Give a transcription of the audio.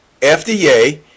FDA